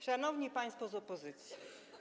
Szanowni Państwo z Opozycji!